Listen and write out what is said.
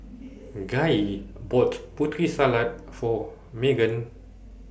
Gaye bought Putri Salad For Maegan